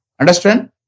Understand